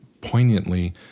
poignantly